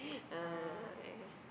ah yeah